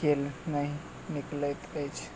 केल नहि निकलैत अछि?